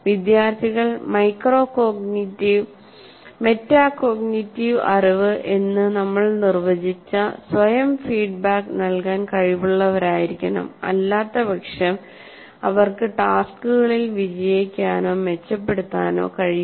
വിദ്യാർത്ഥികൾ മെറ്റാകോഗ്നിറ്റീവ് അറിവ് എന്ന് നമ്മൾ നിർവചിച്ച സ്വയം ഫീഡ്ബാക്ക് നൽകാൻ കഴിവുള്ളവരായിരിക്കണം അല്ലാത്തപക്ഷം അവർക്ക് ടാസ്ക്കുകളിൽ വിജയിക്കാനോ മെച്ചപ്പെടുത്താനോ കഴിയില്ല